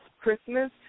Christmas